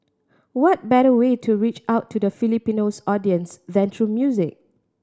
what better way to reach out to the Filipinos audience than through music